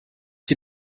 sie